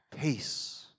peace